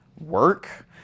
work